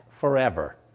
forever